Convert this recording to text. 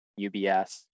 UBS